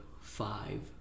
five